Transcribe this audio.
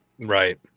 Right